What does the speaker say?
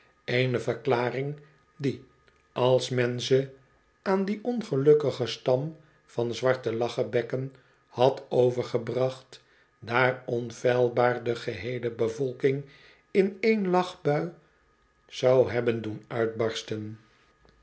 e verklaring die als men ze aan dien ongelukkigen stam van zwarte lache bekken had overgebracht daar onfeilbaar de geheele bevolking in één lachbui zou hebben doen uitbarsten